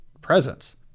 presence